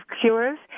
Cures